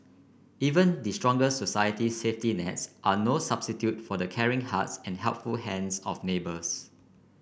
even the strongest society safety nets are no substitute for the caring hearts and helpful hands of neighbours